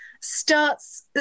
starts